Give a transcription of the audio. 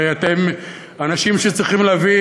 הרי אתם אנשים שצריכים להביא,